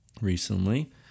recently